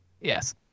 yes